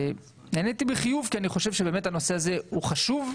נעניתי בחיוב כי אני חושב שהנושא הזה הוא חשוב,